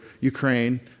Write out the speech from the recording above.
Ukraine